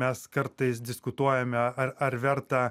mes kartais diskutuojame ar ar verta